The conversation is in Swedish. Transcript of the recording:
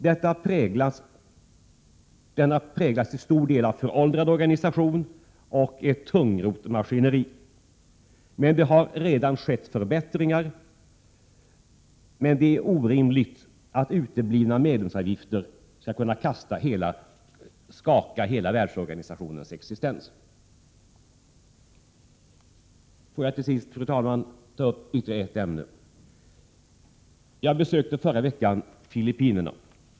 Den har till stor del präglats av en föråldrad organisation och ett tungrott maskineri, men förbättringar har redan skett. Det är dock orimligt att uteblivna medlemsavgifter skall kunna skaka hela världsorganisationens existens. Får jag till sist, fru talman, ta upp ytterligare ett ämne. Jag besökte förra veckan Filippinerna.